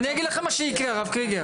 בשם עולם,